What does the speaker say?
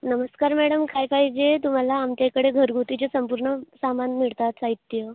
नमस्कार मॅडम काय पाहिजे तुम्हाला आमच्या इकडे घरगुतीचे संपूर्ण सामान मिळतात साहित्य